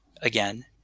again